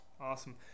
awesome